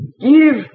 Give